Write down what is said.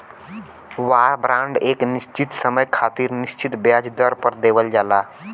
वार bond एक निश्चित समय खातिर निश्चित ब्याज दर पर देवल जाला